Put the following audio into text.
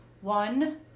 One